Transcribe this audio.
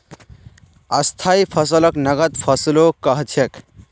स्थाई फसलक नगद फसलो कह छेक